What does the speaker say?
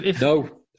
No